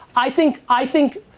i think, i think,